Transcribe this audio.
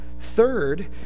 Third